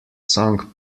sung